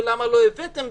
ולמה לא הבאתם,